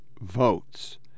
votes